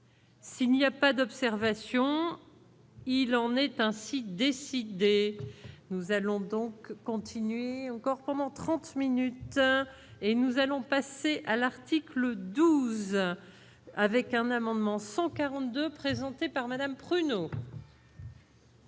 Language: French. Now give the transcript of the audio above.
S'il n'y a pas d'observation, il en est ainsi décidé, nous allons donc continuer encore pendant 30 minutes et nous allons passer à l'article 12 heures avec un amendement 142 présenté par Madame pruneaux.